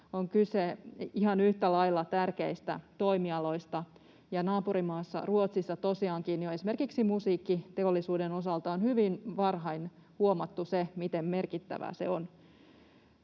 on kyse ihan yhtä lailla tärkeistä toimialoista. Naapurimaassa Ruotsissa tosiaankin jo esimerkiksi musiikkiteollisuuden osalta on hyvin varhain huomattu se, miten merkittävää se on.